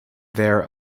there